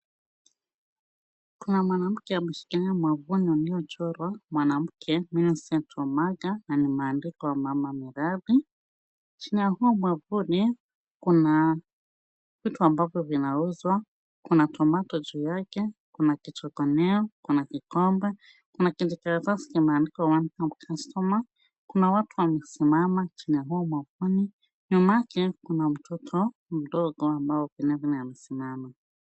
Kuna mwanamke ameshikilia mwavuli uliochorwa mwanamke Millicent Omanga na limeandikwa mama miradi. Chini ya huo mwavuli kuna vitu ambavyo vinauzwa, kuna tomato juu yake, kuna kichokomeo, kuna kikombe, kuna kijikaratasi kimeandikwa welcome customer . Kuna watu wamesimama chini ya huu mwavuli. Nyuma yake kuna mtoto mdogo ambaye vile vile amesimama.